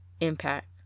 impact